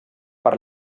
per